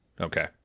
Okay